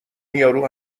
یارو